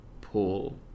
Pull